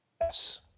Yes